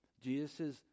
Jesus